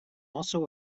also